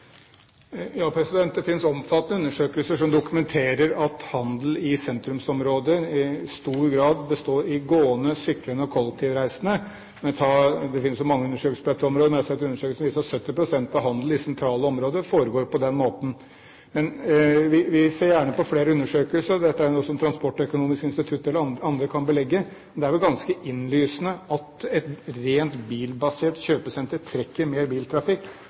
Ja, det finnes omfattende undersøkelser som dokumenterer at de som handler i sentrumsområdet, i stor grad er gående, syklende og kollektivreisende. Det finnes mange undersøkelser på dette området, men en undersøkelse viser at 70 pst. av handelen i sentrale områder foregår på den måten. Vi ser gjerne på flere undersøkelser, og dette er jo noe som Transportøkonomisk institutt eller andre kan belegge. Men det er ganske innlysende at et rent bilbasert kjøpesenter trekker mer biltrafikk.